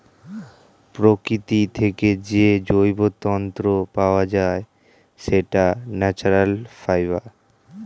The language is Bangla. প্রকৃতি থেকে যে জৈব তন্তু পাওয়া যায়, সেটাই ন্যাচারাল ফাইবার